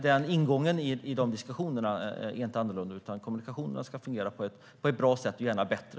Den ingången i diskussionerna är inte annorlunda. Kommunikationerna ska fungera på ett bra sätt, gärna bättre.